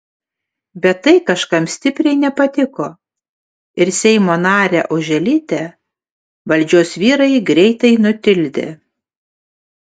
bet tai kažkam stipriai nepatiko ir seimo narę oželytę valdžios vyrai greitai nutildė